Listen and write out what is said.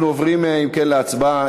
אנחנו עוברים, אם כן, להצבעה.